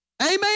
Amen